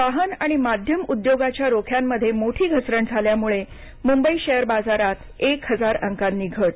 वाहन आणि माध्यम उद्योगाच्या रोख्यांमध्ये मोठी घसरण झाल्यामुळे मुंबई शेअर बाजारात एक हजार अंकांनी घट